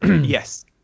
Yes